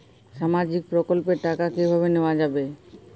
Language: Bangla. সামাজিক প্রকল্পের টাকা কিভাবে নেওয়া যাবে?